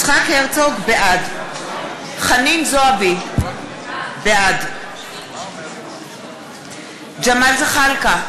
בעד חנין זועבי, בעד ג'מאל זחאלקה,